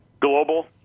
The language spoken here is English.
Global